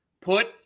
put